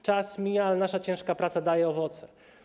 Czas mija, ale nasza ciężka praca daje owoce.